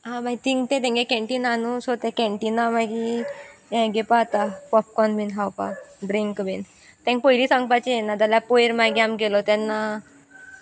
आं मागीर थींग तें तेंगे कँटीना आसा न्हू सो तें कॅन्टिना मागीर हें घेवपा जा पॉपकॉन बीन खावपाक ड्रिंक बीन तेंग पयलीं सांगपाचें ना जाल्यार पयर मागीर आम गेलो तेन्ना